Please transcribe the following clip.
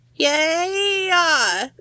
Yay